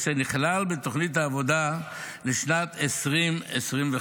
אשר נכלל בתכנית העבודה לשנת 2025,